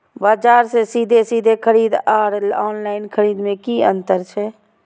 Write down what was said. बजार से सीधे सीधे खरीद आर ऑनलाइन खरीद में की अंतर छै?